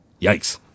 Yikes